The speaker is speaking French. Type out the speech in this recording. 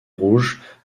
rouge